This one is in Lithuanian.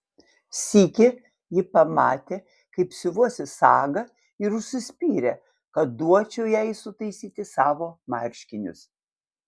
sykį ji pamatė kaip siuvuosi sagą ir užsispyrė kad duočiau jai sutaisyti savo marškinius